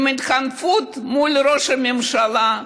עם התחנפות לראש הממשלה,